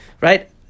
right